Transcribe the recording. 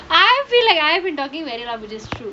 I feel like I have been talking very long which is is true